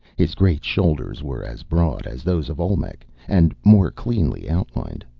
his great shoulders were as broad as those of olmec, and more cleanly outlined,